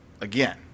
again